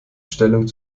stellung